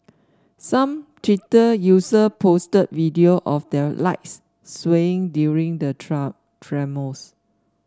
some Twitter user posted video of their lights swaying during the tremors